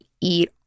eat